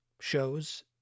shows